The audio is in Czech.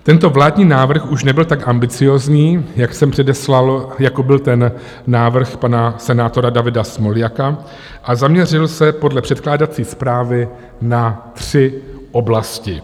Tento vládní návrh už nebyl tak ambiciózní, jak jsem předeslal, jako byl ten návrh pana senátora Davida Smoljaka, a zaměřil se podle předkládací zprávy na tři oblasti.